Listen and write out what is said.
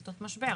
עתות משבר.